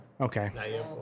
Okay